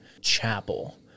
chapel